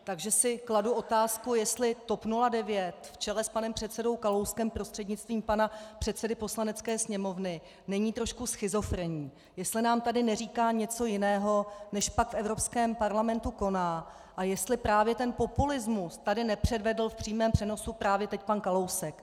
Takže si kladu otázku, jestli TOP 09 v čele s panem předsedou Kalouskem prostřednictvím pana předsedy Poslanecké sněmovny není trošku schizofrenní, jestli nám tady neříká něco jiného, než pak v Evropském parlamentu koná, a jestli právě ten populismus tady nepředvedl v přímém přenosu právě teď pan Kalousek.